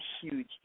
huge